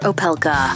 Opelka